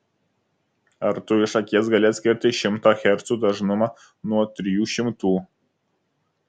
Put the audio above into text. ar tu iš akies gali atskirti šimto hercų dažnumą nuo trijų šimtų